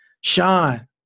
Sean